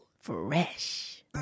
Fresh